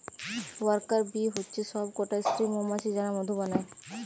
worker bee হচ্ছে সব কটা স্ত্রী মৌমাছি যারা মধু বানায়